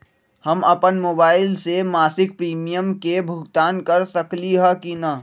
हम अपन मोबाइल से मासिक प्रीमियम के भुगतान कर सकली ह की न?